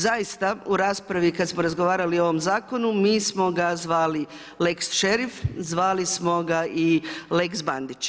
Zaista u raspravi kad smo razgovarali o ovom zakonu mi smo ga zvali lex šerif, zvali smo ga i lex Bandić.